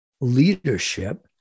leadership